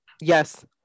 Yes